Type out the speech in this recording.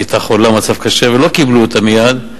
היא היתה חולה במצב קשה, ולא קיבלו אותה מייד.